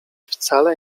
wcale